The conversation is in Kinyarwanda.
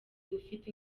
ufite